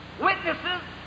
Witnesses